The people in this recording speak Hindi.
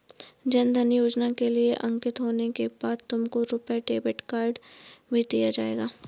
जन धन योजना के लिए अंकित होने के बाद तुमको रुपे डेबिट कार्ड भी दिया जाएगा